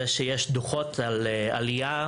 אם אנחנו לא נהיה מאוד ערניות ולא יהיו לנו כלים להתמודד,